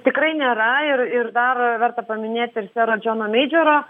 tikrai nėra ir ir dar verta paminėti ir sero džono meidžoro